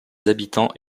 habitants